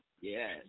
yes